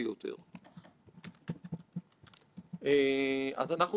ואנחנו יכולים שיהיה לנו ריכוז של העושר בידיים מעטות,